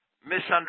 misunderstood